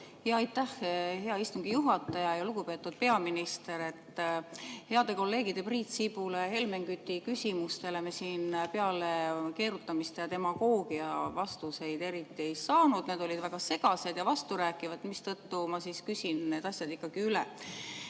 hea istungi juhataja! Lugupeetud peaminister! Heade kolleegide Priit Sibula ja Helmen Küti küsimustele me peale keerutamise ja demagoogia vastuseid eriti ei saanud. Vastused olid väga segased ja vasturääkivad, mistõttu ma küsin need asjad ikkagi üle.